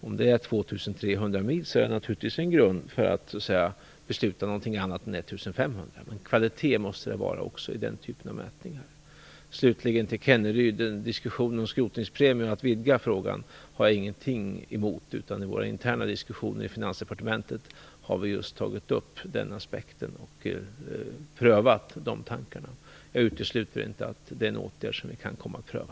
Om det handlar om 2 300 mil är detta naturligtvis en grund för att besluta om någonting annat än 1 500 mil. Men kvalitet måste det vara också i den typen av mätningar. Slutligen vill jag säga till Rolf Kenneryd angående diskussionen om skrotningspremier att jag har inte har någonting emot att vidga frågan. I våra interna diskussioner i Finansdepartementet har vi har tagit upp just den aspekten och prövat de tankarna. Jag utesluter inte att detta är en åtgärd vi kan komma att pröva.